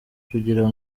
kugira